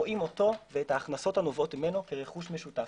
רואים אותו ואת ההכנסות הנובעות ממנו כרכוש משותף.